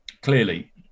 clearly